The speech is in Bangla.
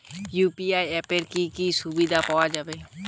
ইউ.পি.আই অ্যাপে কি কি সুবিধা পাওয়া যাবে?